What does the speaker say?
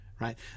right